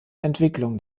entwicklung